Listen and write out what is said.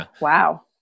Wow